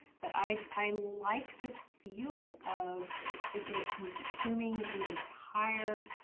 but i i like the feeling of just sort of consuming the entire